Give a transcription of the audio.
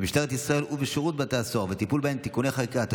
במשטרת ישראל ובשירות בתי הסוהר והטיפול בהן (תיקוני חקיקה),